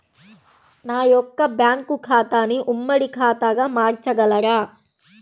నా యొక్క బ్యాంకు ఖాతాని ఉమ్మడి ఖాతాగా మార్చగలరా?